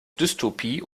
dystopie